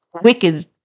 wicked